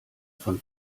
von